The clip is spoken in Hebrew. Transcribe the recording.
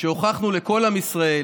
שהוכחנו לכל עם ישראל